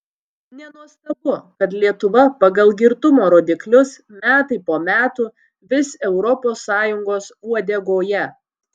nenuostabu kad lietuva pagal girtumo rodiklius metai po metų vis europos sąjungos uodegoje